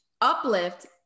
uplift